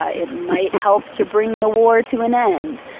ah it might help to bring the war to an end.